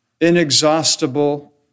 inexhaustible